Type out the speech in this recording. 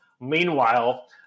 Meanwhile